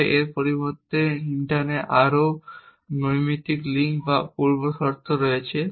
তবে এর পরিবর্তে ইন্টার্নের আরও নৈমিত্তিক লিঙ্ক বা আরও পূর্বশর্ত রয়েছে